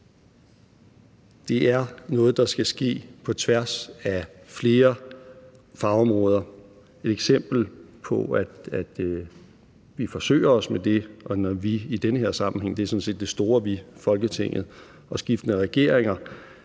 Det er noget, der skal ske på tværs af flere fagområder. Et eksempel på, at vi forsøger os med det – og »vi« i den her sammenhæng er sådan set det store vi, altså Folketinget og skiftende regeringer